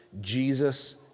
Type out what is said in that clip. Jesus